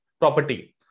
property